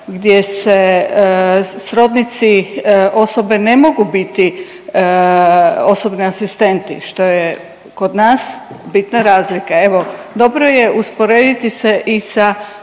gdje se srodnici osobe ne mogu biti osobni asistenti što je kod nas bitna razlika. Evo, dobro je usporediti se i sa